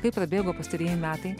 kaip prabėgo pastarieji metai